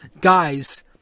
guys